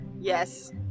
Yes